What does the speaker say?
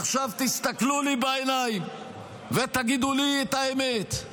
עכשיו תסתכלו לי בעיניים ותגידו לי את האמת,